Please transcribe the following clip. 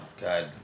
God